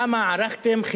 למה ערכתם,